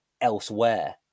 elsewhere